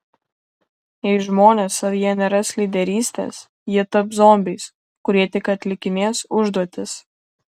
jei žmonės savyje neras lyderystės jie taps zombiais kurie tik atlikinės užduotis